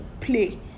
play